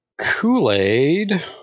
Kool-Aid